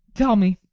tell me,